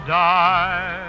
die